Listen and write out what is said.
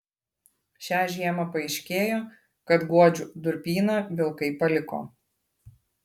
šią žiemą paaiškėjo kad guodžių durpyną vilkai paliko